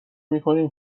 میکنیم